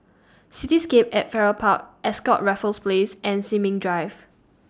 Cityscape At Farrer Park Ascott Raffles Place and Sin Ming Drive